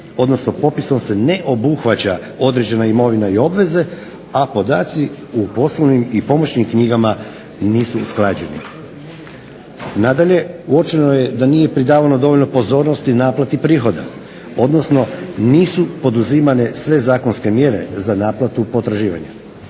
odnosno popisom se ne obuhvaća određena imovina i obveze, a podaci u poslovnim i pomoćnim knjigama nisu usklađeni. Nadalje, uočeno je da nije pridavano dovoljno pozornosti naplati prihoda, odnosno nisu poduzimane sve zakonske mjere za naplatu potraživanja.